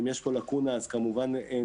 אם יש פה לקונה, אז כמובן נתקן,